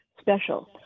special